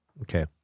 Okay